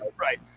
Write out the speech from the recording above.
Right